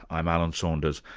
i'm alan saunders.